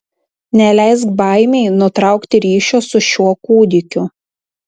neleisk baimei nutraukti ryšio su šiuo kūdikiu